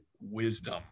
wisdom